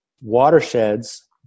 watersheds